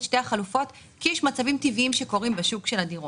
שתי החלופות כי יש מצבים טבעיים שקורים בשוק של הדירות.